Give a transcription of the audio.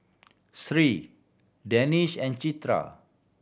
Seri Danish and Citra